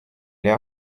для